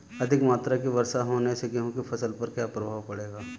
अधिक मात्रा की वर्षा होने से गेहूँ की फसल पर क्या प्रभाव पड़ेगा?